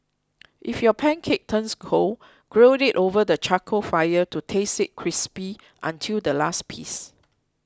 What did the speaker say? if your pancake turns cold grill it over the charcoal fire to taste it crispy until the last piece